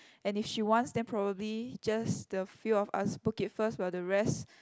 and if she wants then probably just the few of us book it first while the rest